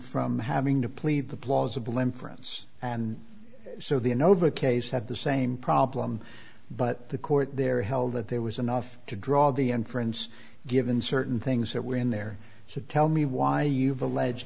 from having to plead the plausible inference and so the innova case had the same problem but the court there held that there was enough to draw the inference given certain things that were in there so tell me why you've alleged